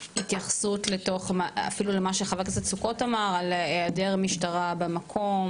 והתייחסות אפילו למה שחבר הכנסת סוכות אמר על היעדר משטרה במקום?